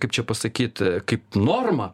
kaip čia pasakyt kaip norma